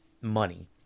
money